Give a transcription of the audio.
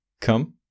come